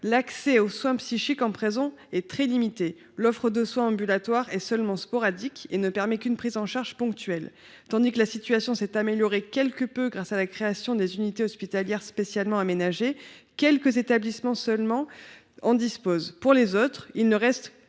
L’accès aux soins psychiques en prison est très limité. L’offre de soins ambulatoires est seulement sporadique et ne permet qu’une prise en charge ponctuelle. Alors que la situation s’est améliorée quelque peu grâce à la création des unités hospitalières spécialement aménagées, seuls quelques établissements en disposent. Pour les autres, il ne reste